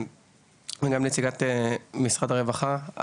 גם נציגת משרד הרווחה,